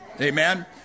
Amen